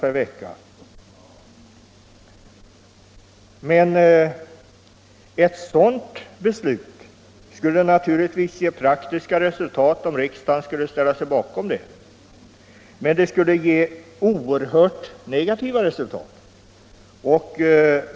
Ett beslut i den riktningen skulle naturligtvis ge praktiska resultat, men det skulle ge oerhört riskfulla resultat.